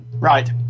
Right